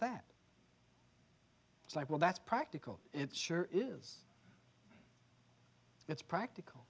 that it's like well that's practical it sure is it's practical